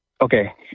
okay